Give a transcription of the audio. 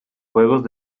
juegos